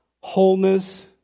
wholeness